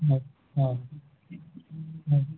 ಹಾಂ ಹಾಂ ಹ್ಞೂ